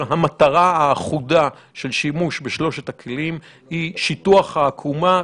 המטרה האחודה של שימוש בשלושת הכלים היא שיטוח העקומה,